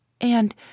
and